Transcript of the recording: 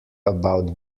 about